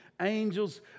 Angels